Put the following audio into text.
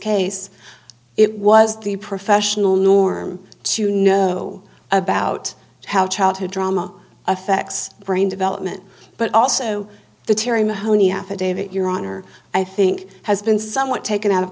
case it was the professional norm to know about how childhood trauma affects brain development but also the terri mahoney affidavit your honor i think has been somewhat taken out of